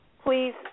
please